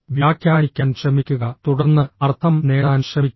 വ്യാഖ്യാനിക്കാൻ ശ്രമിക്കുക തുടർന്ന് അർത്ഥം നേടാൻ ശ്രമിക്കുക